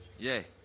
yeah,